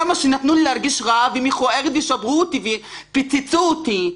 כמו שנתנו לי להרגיש רעה ומכוערת ושברו אותי ופוצצו אותי.